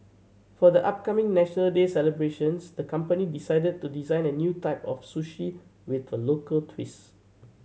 for the upcoming National Day celebrations the company decided to design a new type of sushi with a local twist